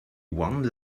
one